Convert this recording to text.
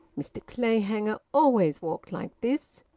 mr clayhanger always walked like this,